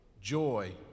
joy